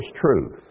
truth